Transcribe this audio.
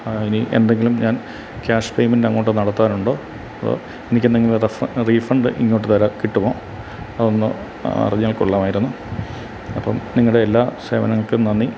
ഇനി എന്തെങ്കിലും ഞാൻ ക്യാഷ് പെയ്മെൻ്റ് അങ്ങോട്ട് നടത്താൻ ഉണ്ടോ അതോ എനിക്ക് എന്തെങ്കിലും റെഫ് റീഫണ്ട് ഇങ്ങോട്ട് തരാൻ കിട്ടുമോ അതൊന്ന് അറിഞ്ഞാൽ കൊള്ളാമായിരുന്നു അപ്പം നിങ്ങളുടെ എല്ലാ സേവനങ്ങൾക്കും നന്ദി